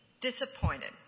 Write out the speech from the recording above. disappointed